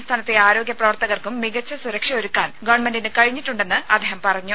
സംസ്ഥാനത്തെ ആരോഗ്യ പ്രവർത്തകർക്കും മികച്ച സുരക്ഷയൊരുക്കാൻ ഗവൺമെന്റിന് കഴിഞ്ഞിട്ടുണ്ടെന്ന് അദ്ദേഹം പറഞ്ഞു